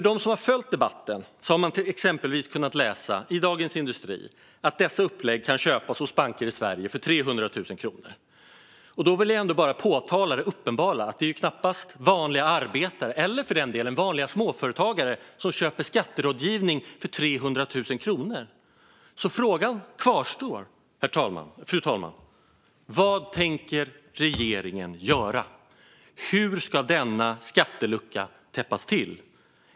De som har följt debatten har i exempelvis Dagens industri kunnat läsa att dessa upplägg kan köpas hos banker i Sverige för 300 000 kronor. Jag vill påpeka det uppenbara att det knappast är vanliga arbetare eller, för den delen, vanliga småföretagare som köper skatterådgivning för 300 000 kronor. Så frågan kvarstår, fru talman. Vad tänker regeringen göra? Hur ska denna skattelucka täppas till?